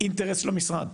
אינטרס של המשרד.